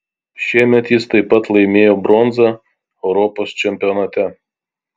šiemet jis taip pat laimėjo bronzą europos čempionate